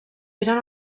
eren